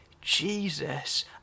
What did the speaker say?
Jesus